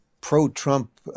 pro-Trump